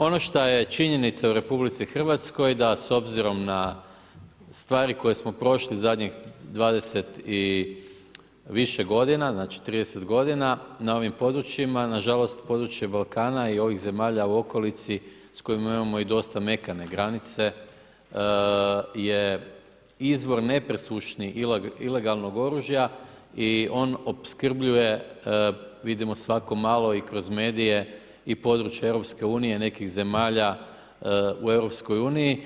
Ono što je činjenica u RH da s obzirom na stvari koje smo prošli zadnje 20 i više g. znači 30 g. na ovim područjima, nažalost, područje Balkana i ovih zemalja u okolici, s kojim imamo dosta mekane granice je izvor nepresušnih ilegalnog oružja i on opskrbljuje, vidimo svako malo i kroz medije i područje EU, nekih zemalja u EU.